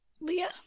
Leah